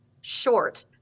short